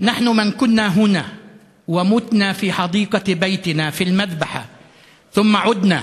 יום החקלאות בכנסת, ומי שיודע,